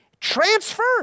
Transferred